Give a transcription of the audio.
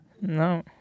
no